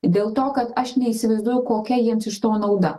dėl to kad aš neįsivaizduoju kokia jiems iš to nauda